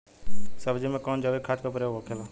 सब्जी में कवन जैविक खाद का प्रयोग होखेला?